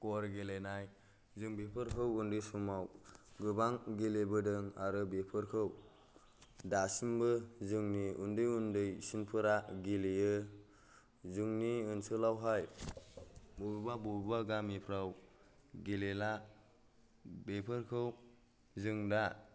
ग'र गेलेनाय जों बेफोरखौ उन्दै समाव गोबां गेलेबोदों आरो बेफोरखौ दासिमबो जोंनि उन्दै उन्दैसिनफोरा गेलेयो जोंनि ओनसोलावहाय बबेबा बबेबा गामिफ्राव गेलेला बेफोरखौ जों दा